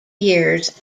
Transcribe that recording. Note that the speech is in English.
years